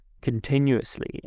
continuously